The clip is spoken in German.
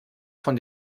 von